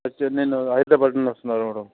so నేను హైదరాబాద్ నుండి వస్తున్నారు మ్యాడమ్